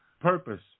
purpose